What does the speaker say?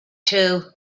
too